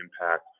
impact